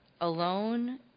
Alone